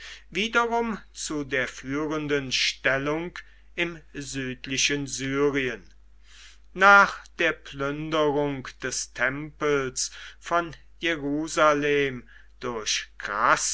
wiederum zu der führenden stellung im südlichen syrien nach der plünderung des tempels von jerusalem